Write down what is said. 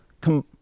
come